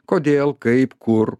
kodėl kaip kur